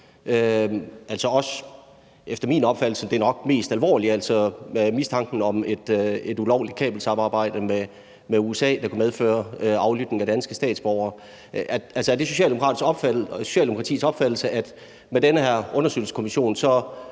også den efter min opfattelse nok mest alvorlige, altså mistanken om et ulovligt kabelsamarbejde med USA, der kunne medføre aflytning af danske statsborgere. Er det Socialdemokratiets opfattelse, at med den her undersøgelseskommission er